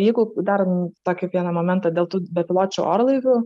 jeigu dar tokį vieną momentą dėl tų bepiločių orlaivių